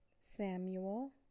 Samuel